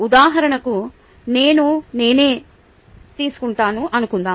ఉదాహరణకు నేను నేనే తీసుకుంటాను అనుకుందాం